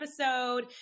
episode